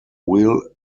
wheel